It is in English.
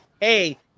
hey